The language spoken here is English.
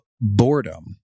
boredom